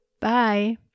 Bye